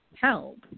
help